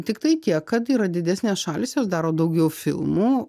tiktai tiek kad yra didesnės šalys jos daro daugiau filmų